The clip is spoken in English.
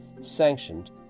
sanctioned